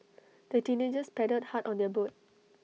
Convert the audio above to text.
the teenagers paddled hard on their boat